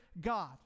God